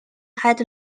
had